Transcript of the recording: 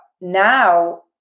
now